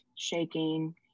shaking